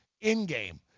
in-game